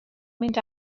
mynd